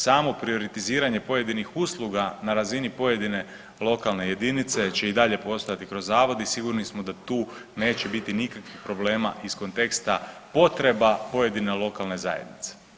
Samo prioritiziranje pojedinih usluga na razini pojedine lokalne jedinice će i dalje postojati kroz zavod i sigurni smo da tu neće biti nikakvih problema iz konteksta potreba pojedine lokalne zajednice.